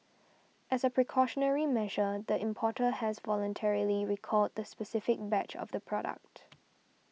as a precautionary measure the importer has voluntarily recalled the specific batch of the product